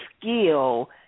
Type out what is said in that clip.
skill